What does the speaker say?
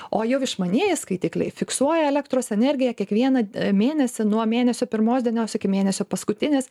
o jau išmanieji skaitikliai fiksuoja elektros energiją kiekvieną mėnesį nuo mėnesio pirmos dienos iki mėnesio paskutinės